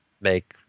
make